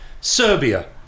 Serbia